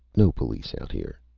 no police out here!